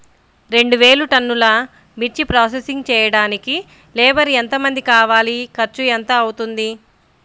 రెండు వేలు టన్నుల మిర్చి ప్రోసెసింగ్ చేయడానికి లేబర్ ఎంతమంది కావాలి, ఖర్చు ఎంత అవుతుంది?